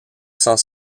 sans